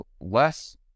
less